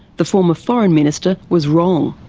the former foreign minister was wrong.